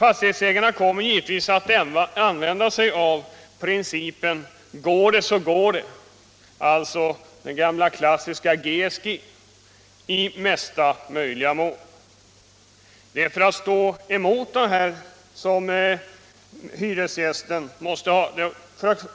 Fastighetsägarna kommer givetvis i mesta möjliga mån att använda sig av principen går det så går det, alltså det gamla klassiska tillvägagångssättet.